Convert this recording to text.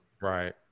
Right